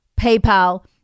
PayPal